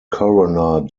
corona